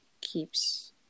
keeps